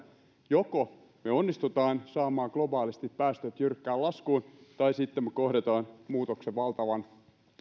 joko me onnistumme saamaan globaalisti päästöt jyrkkään laskuun tai sitten me kohtaamme muutoksen